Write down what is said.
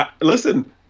listen